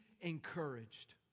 encouraged